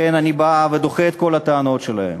לכן אני בא ודוחה את כל הטענות שלהם.